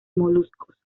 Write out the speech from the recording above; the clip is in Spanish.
moluscos